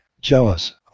jealous